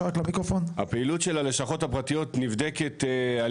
הפעילות של הלשכות הפרטיות נבדקת על